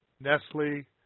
Nestle